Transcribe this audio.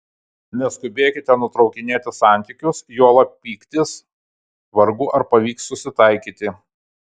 neskubėkite nutraukinėti santykius juolab pyktis vargu ar pavyks susitaikyti